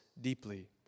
deeply